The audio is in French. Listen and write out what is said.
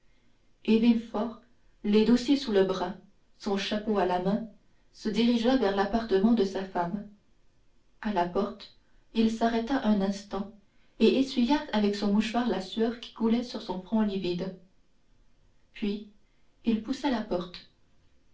et villefort les dossiers sous le bras son chapeau à la main se dirigea vers l'appartement de sa femme à la porte il s'arrêta un instant et essuya avec son mouchoir la sueur qui coulait sur son front livide puis il poussa la porte